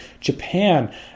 Japan